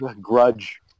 grudge